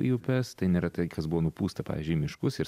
į upes tai nėra tai kas buvo nupūsta pavyzdžiui į miškus ir